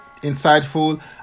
insightful